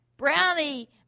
Brownie